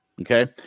okay